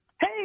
Hey